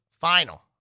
final